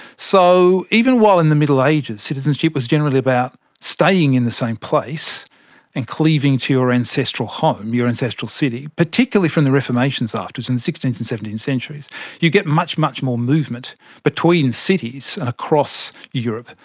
so even while in the middle ages, citizenship was generally about staying in the same place and cleaving to your ancestral home, your ancestral city, particularly from the reformation so afterwards, in the sixteenth and seventeenth centuries you get much, much more movement between cities and across europe,